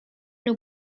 nur